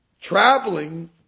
traveling